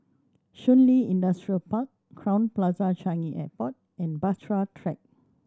Shun Li Industrial Park Crowne Plaza Changi Airport and Bahtera Track